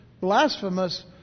blasphemous